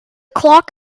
clock